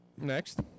Next